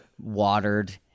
watered